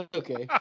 okay